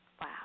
Wow